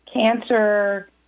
cancer